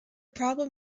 problem